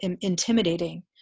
intimidating